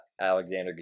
Alexander